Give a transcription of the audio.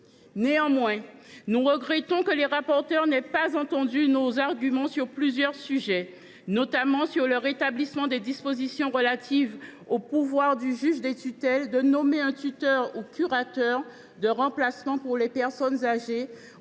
Néanmoins, nous regrettons que les rapporteurs n’aient pas entendu nos arguments sur plusieurs sujets, notamment sur le rétablissement des dispositions relatives au pouvoir du juge des tutelles de nommer un tuteur ou un curateur de remplacement pour les personnes âgées,